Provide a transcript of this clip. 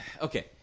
okay